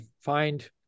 find